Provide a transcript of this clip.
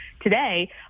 today